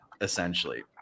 essentially